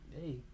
Hey